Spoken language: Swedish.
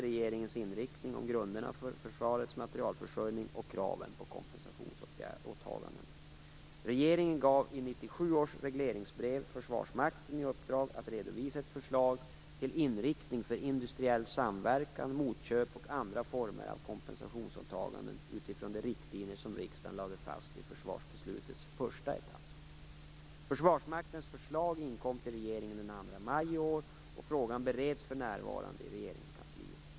Regeringen gav i 1997 års regleringsbrev Försvarsmakten i uppdrag att redovisa ett förslag till inriktning för industriell samverkan, motköp och andra former av kompensationsåtaganden utifrån de riktlinjer som riksdagen lade fast i försvarsbeslutets första etapp. Försvarsmaktens förslag inkom till regeringen den 2 maj i år, och frågan bereds för närvarande i Regeringskansliet.